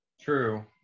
True